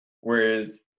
Whereas